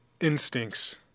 instincts